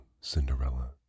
Cinderella